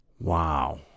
Wow